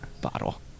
bottle